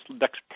next